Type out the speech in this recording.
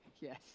yes